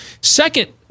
Second